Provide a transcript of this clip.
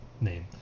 name